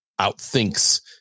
outthinks